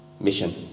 Mission